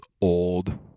old